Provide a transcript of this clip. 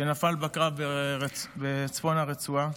שנפל בקרב בצפון הרצועה.